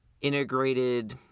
integrated